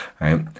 right